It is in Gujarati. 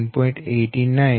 210030 233 0